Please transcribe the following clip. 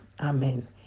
amen